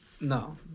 no